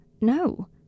No